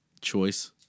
choice